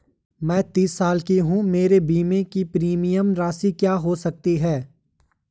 मैं तीस साल की हूँ मेरे बीमे की प्रीमियम राशि क्या हो सकती है?